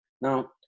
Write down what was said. Now